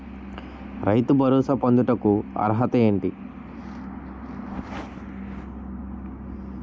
రైతు భరోసా పొందుటకు అర్హత ఏంటి?